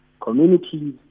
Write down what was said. communities